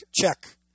check